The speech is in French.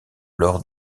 lors